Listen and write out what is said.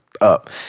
up